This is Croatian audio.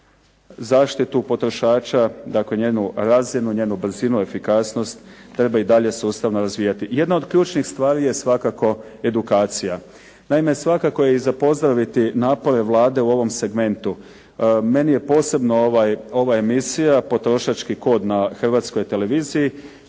zaštitu potrošača, dakle njenu razinu, njenu brzinu, efikasnost treba i dalje sustavno razvijati. Jedna od ključnih stvari je svakako edukacija. Naime, svakako je i za pozdraviti napore Vlade u ovom segmentu. Meni je posebno ova emisija "Potrošački kod" na Hrvatskoj televiziji